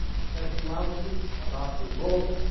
sexuality, about her role.